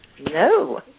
No